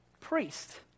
priest